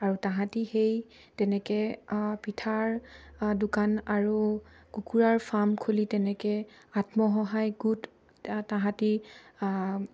আৰু তাহাঁতে সেই তেনেকৈ পিঠাৰ দোকান আৰু কুকুৰাৰ ফাৰ্ম খুলি তেনেকৈ আত্মসহায়ক গোট তাহাঁতে